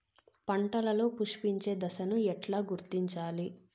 పంటలలో పుష్పించే దశను ఎట్లా గుర్తించాలి?